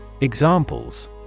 Examples